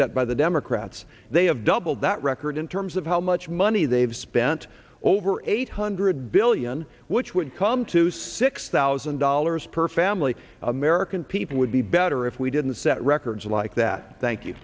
set by the democrats they have doubled that record in terms of how much money they've spent over eight hundred billion which would come to six thousand dollars per family american people would be better if we didn't set records like that thank you